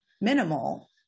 minimal